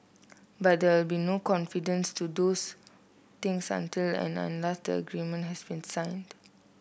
but there will be no confidence to things until and unless that agreement has been signed